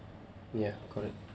ya correct